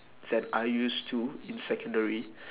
than I used to in secondary